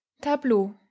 Tableau